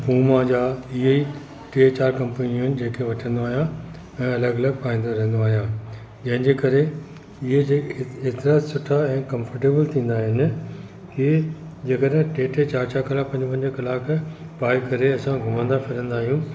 Puma जा इहे ई ते चारि कंपनियूं आहिनि जंहिं खे वठंदो आहियां ऐं अलॻि अलॻि पाईंदो रहंदो आहियां जंहिंजे करे इहे जे ए एतिरा सुठा ऐं कंफ़र्टेबल थींदा आहिनि कि जे कॾहिं टे टे चारि चारि कलाक पंज पंज कलाक पाए करे असां घुमंदा फिरंदा आहियूं